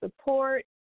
support